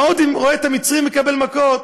ההודי רואה את המצרי מקבל מכות,